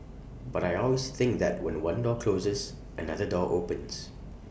but I always think that when one door closes another door opens